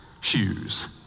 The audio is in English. shoes